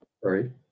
sorry